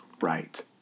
Right